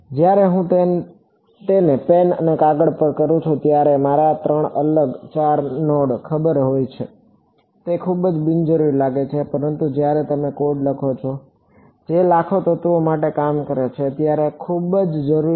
જ્યારે હું તેને પેન અને કાગળ પર કરું છું ત્યારે તમારા માટે ત્રણ નોડ ચાર નોડ ખબર છે તે ખૂબ જ બિનજરૂરી લાગે છે પરંતુ જ્યારે તમે કોડ લખો છો જે લાખો તત્વો માટે કામ કરે છે ત્યારે તે ખૂબ જ જરૂરી છે